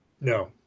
No